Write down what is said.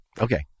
Okay